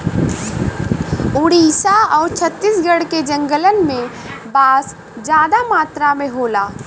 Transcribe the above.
ओडिसा आउर छत्तीसगढ़ के जंगलन में बांस जादा मात्रा में होला